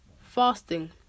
fasting